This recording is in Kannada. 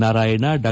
ನಾರಾಯಣ ಡಾ